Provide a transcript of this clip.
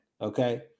okay